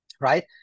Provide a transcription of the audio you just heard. right